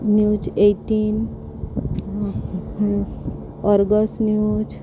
news eighteen argus news